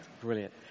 Brilliant